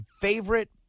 favorite